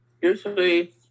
usually